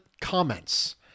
comments